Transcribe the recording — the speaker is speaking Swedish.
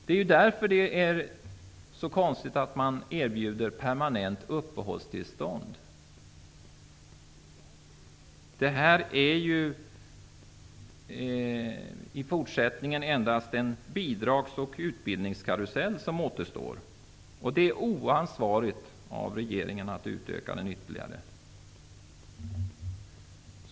Därför är det mycket konstigt att permanent uppehållstillstånd erbjuds. I fortsättningen återstår endast en bidrags och utbildningskarusell. Det är oansvarigt av regeringen att utöka denna ytterligare.